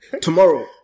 tomorrow